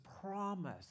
promise